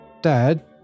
Dad